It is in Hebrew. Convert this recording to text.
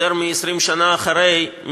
יותר מ-20 שנה אחרי,